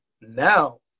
now